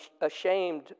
ashamed